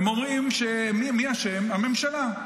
הם אומרים שמי שאשם זאת הממשלה.